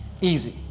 Easy